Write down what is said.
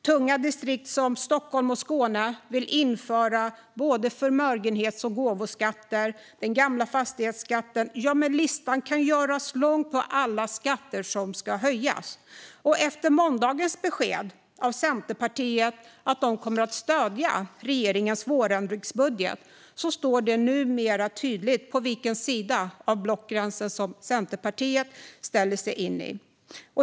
Tunga distrikt som Stockholm och Skåne vill införa både förmögenhets och gåvoskatt och den gamla fastighetsskatten. Listan på alla skatter som ska höjas kan göras lång. Efter måndagens besked från Centerpartiet att de kommer att stödja regeringens vårändringsbudget är det numera tydligt på vilken sida av blockgränsen som Centerpartiet ställer sig.